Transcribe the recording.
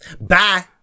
bye